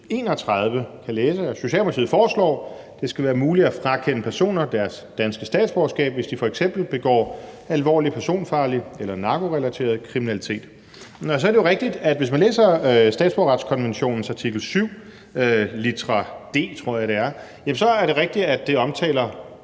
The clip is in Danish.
31 kan læse, at Socialdemokratiet foreslår, at det skal være muligt at frakende personer deres danske statsborgerskab, hvis de f.eks. begår alvorlig personfarlig eller narkorelateret kriminalitet. Og så er det jo rigtigt, at hvis man læser statsborgerretskonventionens artikel 7 – litra d tror jeg det er – så omtales